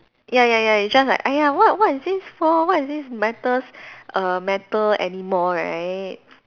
ya ya ya you just like !aiya! what what is this for what is this matters err matter anymore right